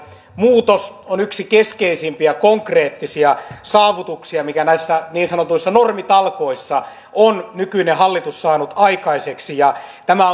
muutos on yksi keskeisimpiä konkreettisia saavutuksia mitä näissä niin sanotuissa normitalkoissa nykyinen hallitus on saanut aikaiseksi tämä